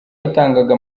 yatangaga